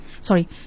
sorry